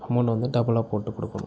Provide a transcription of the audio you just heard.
amount வந்து டபுளாக போட்டு கொடுக்கணும்